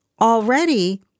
already